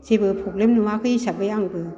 जेबो प्रब्लेम नुवाखै हिसाबै आंबो